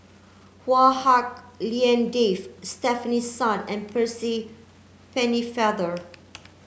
Chua Hak Lien Dave Stefanie Sun and Percy Pennefather